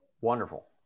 Wonderful